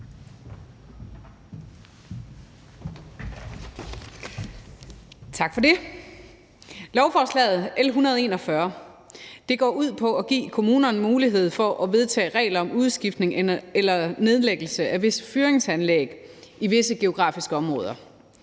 Tak for det. Lovforslaget L 141 går ud på at give kommunerne mulighed for at vedtage regler om udskiftning eller nedlæggelse af visse fyringsanlæg i visse geografiske områder.